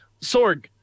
Sorg